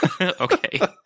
Okay